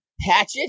Hatchet